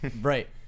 right